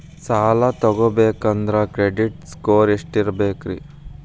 ಸಾಲ ತಗೋಬೇಕಂದ್ರ credit score ಎಷ್ಟ ಇರಬೇಕ್ರಿ?